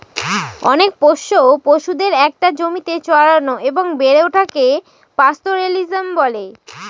অনেক পোষ্য পশুদের একটা জমিতে চড়ানো এবং বেড়ে ওঠাকে পাস্তোরেলিজম বলে